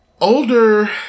Older